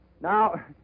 Now